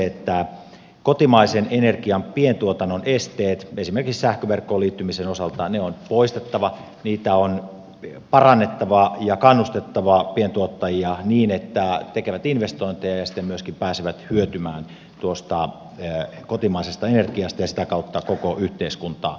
sitten kotimaisen energian pientuotannon esteet esimerkiksi sähköverkkoon liittymisen osalta on poistettava liittymisen mahdollisuuksia on parannettava ja kannustettava pientuottajia niin että he tekevät investointeja ja siten myöskin pääsevät hyötymään tuosta kotimaisesta energiasta ja sitä kautta koko yhteiskunta hyötyy